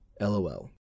LOL